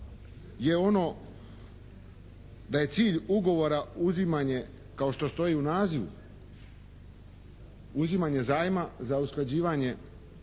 je ono, da je cilj ugovora uzimanje kao što stoji u nazivu, uzimanje zajma za usklađivanje